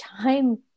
time